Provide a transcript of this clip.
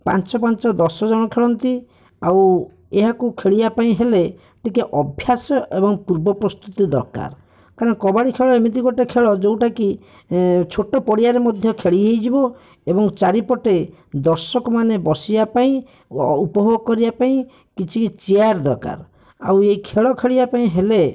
ପାଞ୍ଚ ପାଞ୍ଚ ଦଶ ଜଣ ଖେଳନ୍ତି ଆଉ ଏହାକୁ ଖେଳିବାପାଇଁ ହେଲେ ଟିକିଏ ଅଭ୍ୟାସ ଏବଂ ପୂର୍ବ ପ୍ରସ୍ତୁତି ଦରକାର କାରଣ କବାଡ଼ି ଖେଳ ଏମିତି ଗୋଟେ ଖେଳ ଯୋଉଟାକି ଛୋଟ ପଡ଼ିଆରେ ମଧ୍ୟ ଖେଳି ହେଇଯିବ ଏବଂ ଚାରିପଟେ ଦର୍ଶକମାନେ ବସିବାପାଇଁ ଓ ଉପଭୋଗ କରିବାପାଇଁ କିଛି କିଛି ଚିଆର୍ ଦରକାର ଆଉ ଏଇ ଖେଳ ଖେଳିବାପାଇଁ ହେଲେ